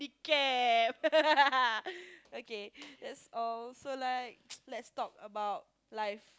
okay that's all so like let's talk about life